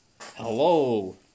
Hello